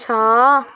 ଛଅ